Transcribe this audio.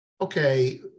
Okay